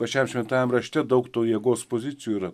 pačiam šventajam rašte daug to jėgos pozicijų yra